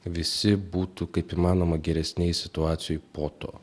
visi būtų kaip įmanoma geresnėj situacijoj po to